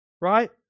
right